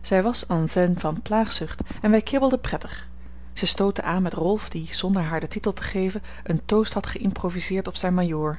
zij was en veine van plaagzucht en wij kibbelden prettig zij stootte aan met rolf die zonder haar den titel te geven een toast had geïmproviseerd op zijn majoor